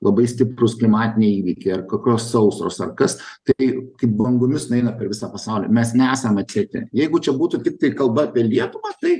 labai stiprūs klimatiniai įvykiai ar kokios sausros ar kas tai kaip bangomis nueina per visą pasaulį mes nesam atsieti jeigu čia būtų tiktai kalba apie lietuvą tai